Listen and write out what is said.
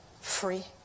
free